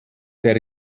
der